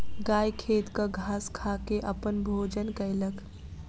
गाय खेतक घास खा के अपन भोजन कयलक